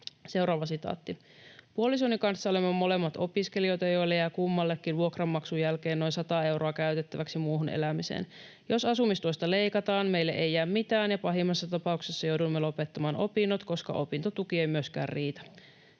liian pienet.” ”Puolisoni kanssa olemme molemmat opiskelijoita, joille jää kummallekin vuokran maksun jälkeen noin sata euroa käytettäväksi muuhun elämiseen. Jos asumistuesta leikataan, meille ei jää mitään ja pahimmassa tapauksessa joudumme lopettamaan opinnot, koska opintotuki ei myöskään riitä.”